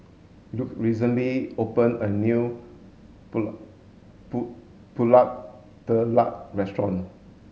Luke recently opened a new Pulut Tatal restaurant